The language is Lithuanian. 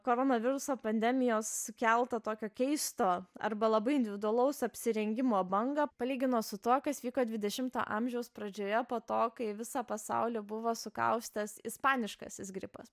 koronaviruso pandemijos sukeltą tokio keisto arba labai individualaus apsirengimo bangą palygino su tuo kas vyko dvidešimto amžiaus pradžioje po to kai visą pasaulį buvo sukaustęs ispaniškasis gripas